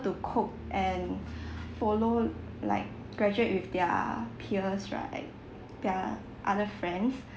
to cope and follow like graduate with their peers right their other friends